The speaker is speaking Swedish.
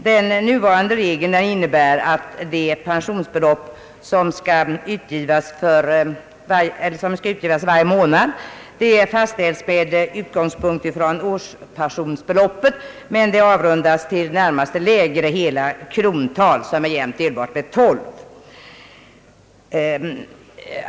De nuvarande reglerna innebär att det pensionsbelopp som skall utbetalas varje månad är fastställt med utgångspunkt från årspensionsbeloppet, avrundat till närmast lägre hela krontal som är jämnt delbart med 12.